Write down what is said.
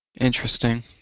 Interesting